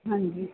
ਹਾਂਜੀ